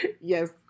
Yes